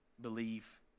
believe